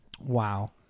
Wow